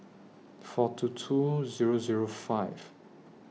four two two Zero Zero five